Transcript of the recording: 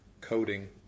coding